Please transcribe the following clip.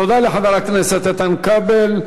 תודה לחבר הכנסת איתן כבל.